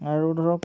আৰু ধৰক